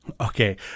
Okay